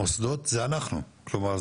המוסדות זה אנחנו כלומר,